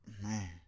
man